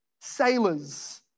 sailors